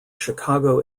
chicago